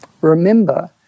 remember